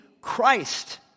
Christ